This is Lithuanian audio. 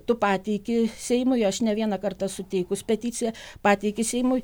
tu pateiki seimui aš ne vieną kartą esu teikus peticiją pateiki seimui